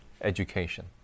education